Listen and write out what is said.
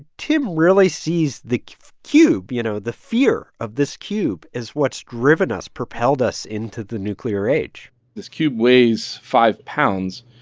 tim really sees the cube, you know, the fear of this cube, as what's driven us, propelled us into the nuclear age this cube weighs five pounds,